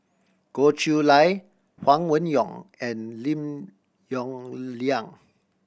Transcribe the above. Goh Chiew Lye Huang Wenhong and Lim Yong Liang